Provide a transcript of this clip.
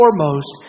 foremost